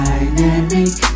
Dynamic